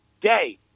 day